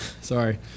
Sorry